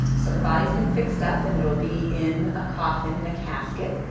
so her body's been fixed up. and it'll be in a coffin, in a casket.